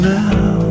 now